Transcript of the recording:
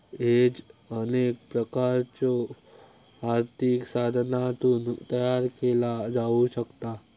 hedge अनेक प्रकारच्यो आर्थिक साधनांतून तयार केला जाऊ शकता